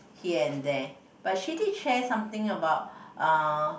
here and there but she did share something about uh